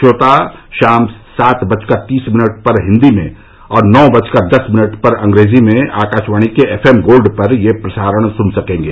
श्रोता शाम सात बजकर तीस मिनट पर हिंदी में और नौ बजकर दस मिनट पर अंग्रेजी में आकाशवाणी के एफ एम गोल्ड पर यह प्रसारण सुन सकेंगे